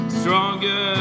stronger